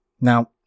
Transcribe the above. Now